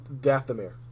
Dathomir